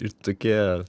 ir tokie